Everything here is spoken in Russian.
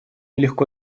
легко